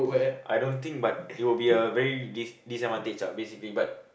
I don't think but it will be a very dis~ disadvantage ah basically but